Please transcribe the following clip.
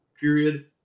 Period